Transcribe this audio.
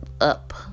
up